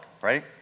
right